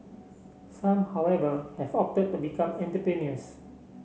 some however have opted to become entrepreneurs